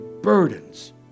burdens